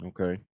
okay